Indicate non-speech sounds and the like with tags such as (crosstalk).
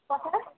(unintelligible)